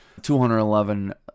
211